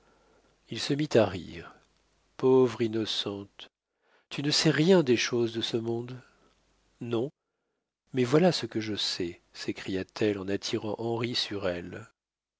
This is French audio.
il se mit à rire pauvre innocente tu ne sais rien des choses de ce monde non mais voilà ce que je sais s'écria-t-elle en attirant henri sur elle